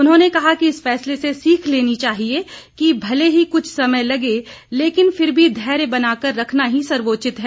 उन्होंने कहा कि हम इस फैसले से सीख लेनी चाहिए कि भले ही कुछ समय लगे लेकिन फिर भी धैर्य बनाकर रखना ही सर्वोचित है